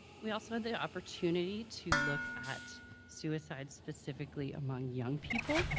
we also had the opportunity to look at suicide specifically among young people